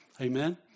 Amen